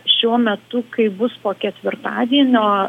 šiuo metu kaip bus po ketvirtadienio